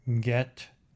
get